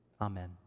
Amen